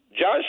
Josh